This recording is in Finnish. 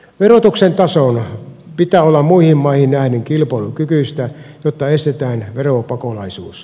verotuksen tason pitää olla muihin maihin nähden kilpailukykyistä jotta estetään veropakolaisuus